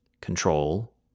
control